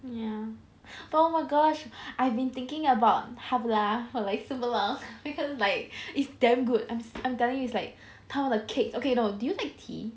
ya but oh my gosh I've been thinking about Hvala or like similar because like is damn good I'm I'm telling you it's like 它们的 cake okay no do you like tea